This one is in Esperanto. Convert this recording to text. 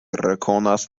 rekonas